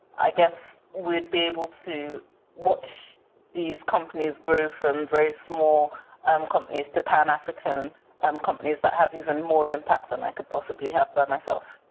i guess, we'd be able to watch these companies grow from very small um companies to pan african and um companies that have even more impact than i could possibly have by myself.